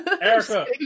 Erica